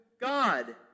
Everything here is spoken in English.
God